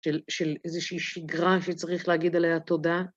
של איזושהי שגרה שצריך להגיד עליה תודה.